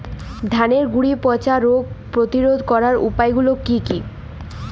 ধানের গুড়ি পচা রোগ প্রতিরোধ করার উপায়গুলি কি কি?